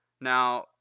now